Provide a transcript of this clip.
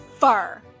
fur